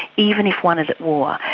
even if one is at war.